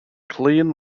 clean